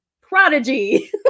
Prodigy